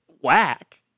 whack